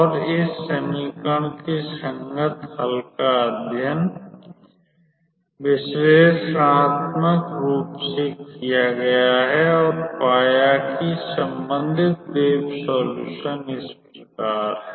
और इस समीकरण के संगत हल का अध्ययन विश्लेषणात्मक रूप से किया गया और पाया कि संबंधित वेव सोल्यूशन इस प्रकार है